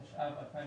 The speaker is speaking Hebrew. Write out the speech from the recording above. התשע"ו-2015,